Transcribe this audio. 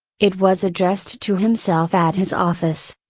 it was addressed to himself at his office,